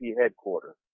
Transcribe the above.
headquarters